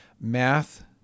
math